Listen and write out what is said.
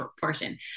portion